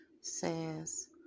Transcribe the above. says